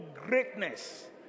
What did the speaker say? greatness